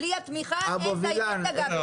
בלי התמיכה לא יהיו דגים בישראל.